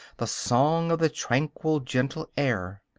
the song of the tranquil, gentle air.